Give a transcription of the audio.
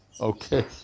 Okay